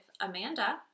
amanda